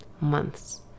months